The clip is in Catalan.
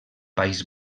país